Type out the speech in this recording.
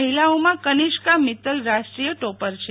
મહિલાઓમાં કનિષ્કા મિત્તલ રાષ્ટ્રીય ટોપર છે